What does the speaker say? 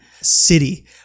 city